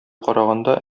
караганда